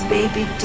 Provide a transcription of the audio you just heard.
baby